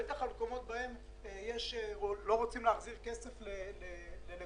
בטח במקומות שלא רוצים להחזיר כסף ללקוחות,